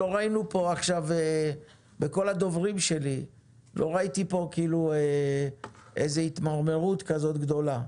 בין הדוברים לא ראיתי כאן איזו התמרמרות גדולה.